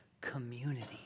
community